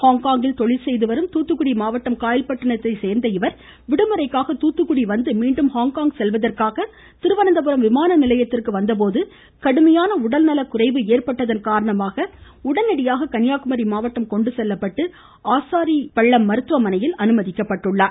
ஹாங்காங்கில் தொழில்செய்து வரும் துாத்துகுடி மாவட்டம் காயல்பட்டிணத்தை சேர்ந்த இவர் விடுமுறைக்காக தூத்துகுடி வந்து மீண்டும் ஹாங்ஹாங் செல்வதற்காக திருவனந்தபுரம் விமானநிலையத்திற்கு வந்தபோது கடுமையான உடல்நலக்குறைவு வரற்பட்டதன் காரணமாக உடனடியாக கன்னியாகுமரி மாவட்டம் கொண்டு செல்லப்பட்டு ஆசாரிப்பள்ளம் மருத்துவமனையில் அனுமதிக்கப்பட்டார்